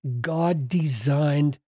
God-designed